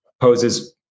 poses